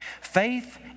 Faith